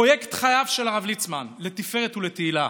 פרויקט חייו של הרב ליצמן לתפארת ולתהילה,